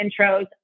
intros